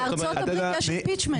בארצות הברית יש Impeachment.